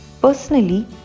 Personally